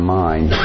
mind